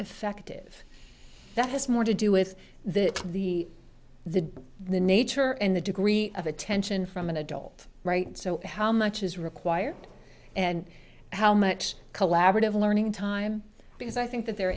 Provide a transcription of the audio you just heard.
effective that has more to do with the the the the nature and the degree of attention from an adult right so how much is required and how much collaborative learning time because i think that their